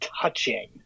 touching